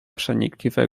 przenikliwe